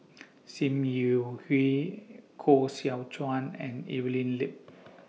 SIM Yi Hui Koh Seow Chuan and Evelyn Lip